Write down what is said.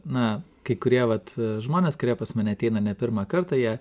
na kai kurie vat žmonės kurie pas mane ateina ne pirmą kartą jie